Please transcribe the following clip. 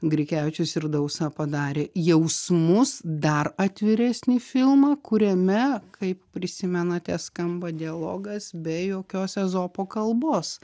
grikevičius ir dausa padarė jausmus dar atviresnį filmą kuriame kaip prisimenate skamba dialogas be jokios ezopo kalbos